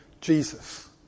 Jesus